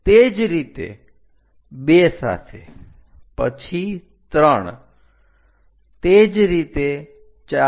તે જ રીતે 2 સાથે પછી 3 તે જ રીતે 45